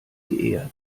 geehrt